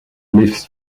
lifts